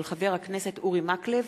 של חבר הכנסת אורי מקלב